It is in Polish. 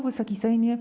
Wysoki Sejmie!